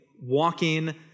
walking